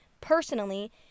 personally